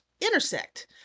intersect